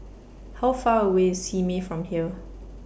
How Far away IS Simei from here